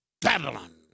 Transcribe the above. Babylon